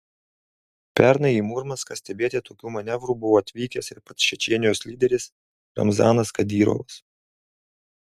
pernai į murmanską stebėti tokių manevrų buvo atvykęs ir pats čečėnijos lyderis ramzanas kadyrovas